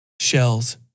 shells